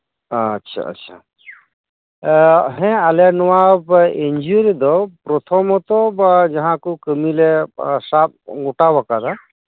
ᱟᱪᱷᱟ ᱟᱪᱷᱟ ᱦᱮᱸ ᱟᱞᱮ ᱱᱚᱣᱟ ᱮᱱᱡᱤᱭᱚ ᱨᱮᱫᱚ ᱯᱨᱚᱛᱷᱚᱢᱚᱛᱚ ᱵᱟ ᱡᱟᱦᱟᱸ ᱠᱩ ᱠᱟᱹᱢᱤᱭ ᱥᱟᱵ ᱜᱚᱴᱟ ᱟᱠᱟᱫᱟ